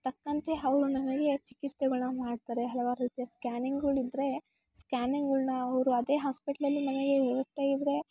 ತಕ್ಕಂತೆ ಅವರು ನಮಗೆ ಚಿಕಿತ್ಸೆಗಳ್ನ ಮಾಡ್ತಾರೆ ಹಲ್ವಾರು ರೀತಿಯ ಸ್ಕ್ಯಾನಿಂಗಳಿದ್ರೆ ಸ್ಕ್ಯಾನಿಂಗಳ್ನ ಅವರು ಅದೇ ಹಾಸ್ಪಿಟ್ಲಲ್ಲಿ ನಮಗೆ ವ್ಯವಸ್ಥೆ ಇದ್ದರೆ